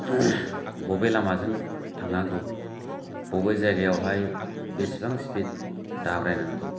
बबे लामाजों थांनांगौ बबे जायगायावहाय बेसेबां सिपिड दाब्रायनांगौ